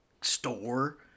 store